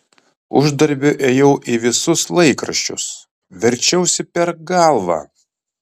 uždarbio ėjau į visus laikraščius verčiausi per galvą